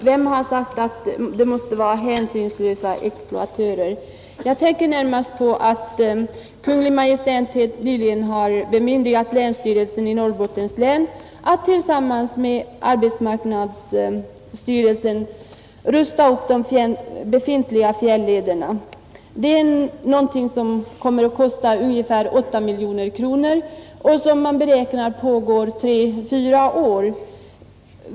Vem har sagt, herr Takman, att det måste vara hänsynslösa exploatörer? Jag tänker närmast på att Kungl. Maj:t helt nyligen har bemyndigat länsstyrelsen i Norrbottens län att tillsammans med arbetsmarknadsstyrelsen rusta upp de befintliga fjällederna. Det kommer att kosta ungefär 8 miljoner kronor och beräknas pågå tre, fyra år.